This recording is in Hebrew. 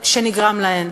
ייצוגיות.